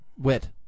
Wit